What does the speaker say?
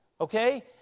okay